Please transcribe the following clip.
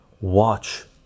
watch